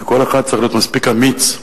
כי כל אחד צריך להיות מספיק אמיץ לוותר,